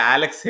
Alex